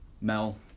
Mel